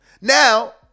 Now